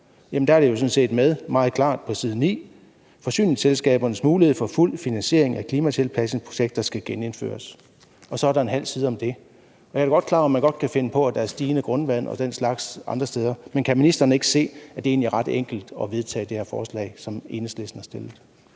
sådan set med meget klart på side 9, hvor der står: Forsyningsselskabernes mulighed for fuld finansiering af klimatilpasningsprojekter skal genindføres. Og så er der en halv side om det. Jeg er da godt klar over, at man kan finde på, at der er stigende grundvand og den slags andre steder, men kan ministeren ikke se, at det egentlig er ret enkelt at vedtage det her forslag, som Enhedslisten har fremsat?